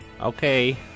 Okay